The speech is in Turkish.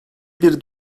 bir